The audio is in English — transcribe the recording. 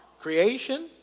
creation